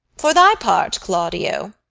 for thy part, claudio,